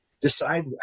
decide